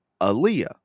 Aaliyah